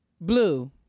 blue